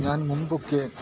ഞാൻ മുൻപൊക്കെ